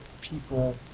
people